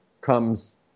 comes